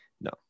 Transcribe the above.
no